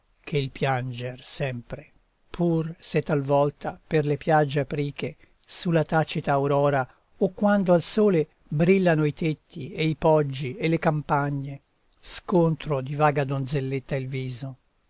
che il pianger sempre pur se talvolta per le piagge apriche su la tacita aurora o quando al sole brillano i tetti e i poggi e le campagne scontro di vaga donzelletta il viso